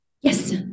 Yes